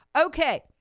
Okay